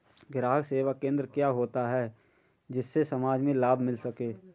ग्राहक सेवा केंद्र क्या होता है जिससे समाज में लाभ मिल सके?